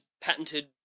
patented